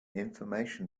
information